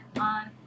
on